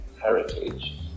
heritage